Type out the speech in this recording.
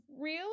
real